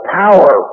power